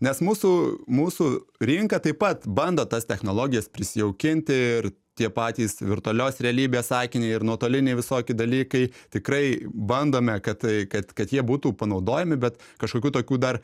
nes mūsų mūsų rinka taip pat bando tas technologijas prisijaukinti ir tie patys virtualios realybės akiniai ir nuotoliniai visoki dalykai tikrai bandome kad tai kad kad jie būtų panaudojami bet kažkokių tokių dar